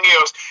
else